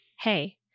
hey